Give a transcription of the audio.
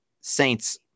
Saints